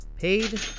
Paid